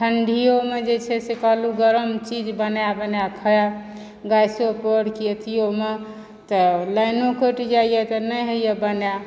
ठन्डीयोम जे छै से कहलु गरम चीज बना बना खायब गैसो पर कि अथियोमे तऽ लाइनो कटि जाइए तऽ नहि होइए बनायल